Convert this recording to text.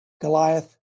Goliath